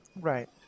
Right